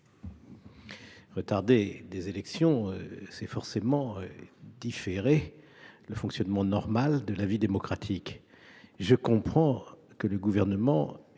Retarder des élections, c’est forcément différer le fonctionnement normal de la vie démocratique. Je comprends que le Gouvernement